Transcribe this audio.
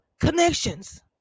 connections